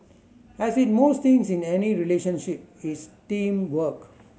as with most things in any relationship it's teamwork